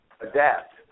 adapt